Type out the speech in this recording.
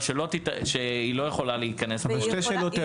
אבל שהיא לא יכולה להיכנס פה.